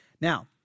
Now